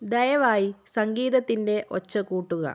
ദയവായി സംഗീതത്തിൻ്റെ ഒച്ച കൂട്ടുക